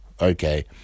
okay